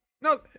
No